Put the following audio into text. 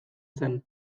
zen